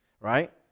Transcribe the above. right